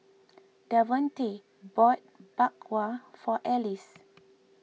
Davonte bought Bak Kwa for Alize